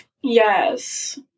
Yes